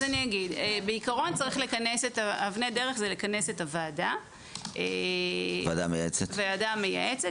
בעיקרון אבני הדרך זה לכנס את הוועדה המייעצת